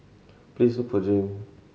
please look for Jayme